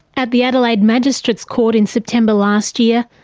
at the adelaide magistrates court in september last year,